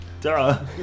Duh